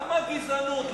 למה הגזענות?